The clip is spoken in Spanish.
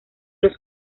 los